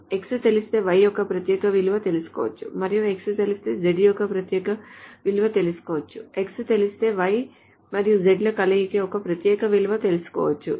X తెలిస్తే Y యొక్క ప్రత్యేక విలువ తెలుసుకోవచ్చు మరియు X తెలిస్తే Z యొక్క ప్రత్యేక విలువతెలుసుకోవచ్చు X తెలిస్తే Y మరియు Z ల కలయిక యొక్క ప్రత్యేక విలువ తెలుసుకోవచ్చు